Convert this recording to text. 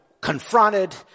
confronted